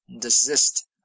desist